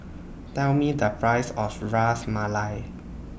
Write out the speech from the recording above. Tell Me The Price of Ras Malai